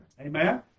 Amen